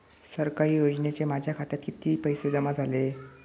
सरकारी योजनेचे माझ्या खात्यात किती पैसे जमा झाले?